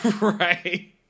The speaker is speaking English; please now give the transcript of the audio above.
Right